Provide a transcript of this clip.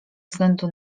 względu